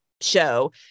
show